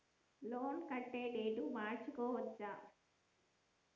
Loan కట్టే date మార్చుకోవచ్చా?